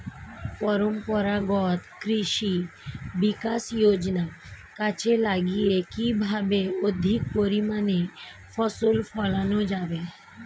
পরম্পরাগত কৃষি বিকাশ যোজনা কাজে লাগিয়ে কিভাবে অধিক পরিমাণে ফসল ফলানো যাবে?